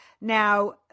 Now